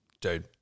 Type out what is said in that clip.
Dude